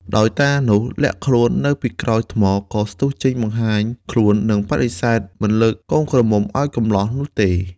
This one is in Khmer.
ដោយតានោះលាក់ខ្លួននៅពីក្រោយថ្ម ក៏ស្ទុះចេញបង្ហាញខ្លួននិងបដិសេធមិនលើកកូនក្រមុំឱ្យកម្លោះនោះទេ។